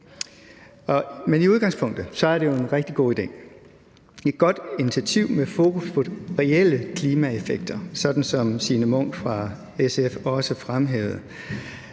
Men i udgangspunktet er det jo en rigtig god idé. Det er et godt initiativ med fokus på reelle klimaeffekter, sådan som fru Signe Munk fra SF også fremhævede,